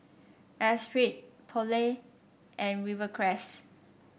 Esprit Poulet and Rivercrest